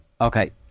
okay